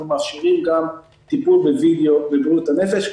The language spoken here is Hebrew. אנחנו משאירים גם טיפול בווידיאו בבריאות הנפש,